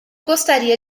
gostaria